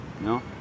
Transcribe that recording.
no